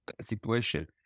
situation